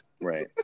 right